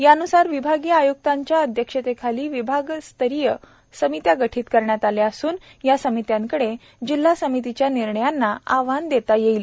या न्सार विभागीय आय्क्तांच्या अध्यक्षतेखाली विभागीय स्तरीय समित्या गठीत करण्यात आल्या असून या समित्यांकडे जिल्हा समितीच्या निर्णयांना आव्हान देता येईल